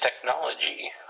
technology